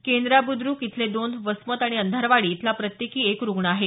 केंद्रा बुद्र्क इथले दोन वसमत आणि अंधारवाडी इथला प्रत्येकी एक रुग्ण आहे